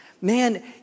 man